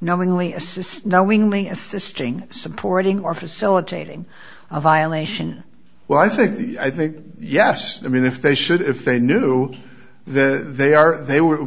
knowingly assist knowingly assisting supporting or facilitating a violation well i think i think yes i mean if they should if they knew that they are they were